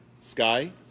Sky